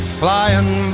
flying